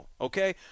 okay